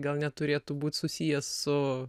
gal neturėtų būt susijęs su